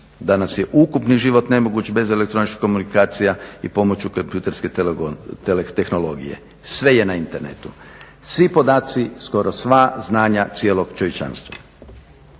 Danas je ukupni život nemoguć bez elektroničkih komunikacija i pomoću kompjuterske tehnologije. Sve je na internetu, svi podaci, skoro sva znanja cijelog čovječanstva.